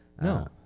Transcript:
No